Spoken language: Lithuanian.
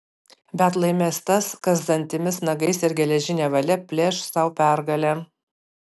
bet laimės tas kas dantimis nagais ir geležine valia plėš sau pergalę